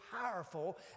powerful